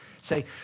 say